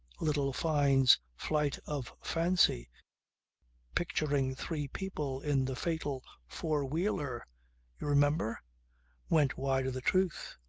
little fyne's flight of fancy picturing three people in the fatal four wheeler you remember went wide of the truth.